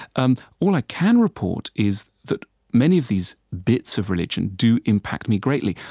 um all i can report is that many of these bits of religion do impact me greatly.